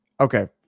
Okay